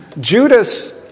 Judas